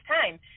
time